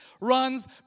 runs